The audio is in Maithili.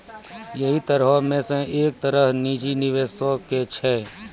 यहि तरहो मे से एक तरह निजी निबेशो के छै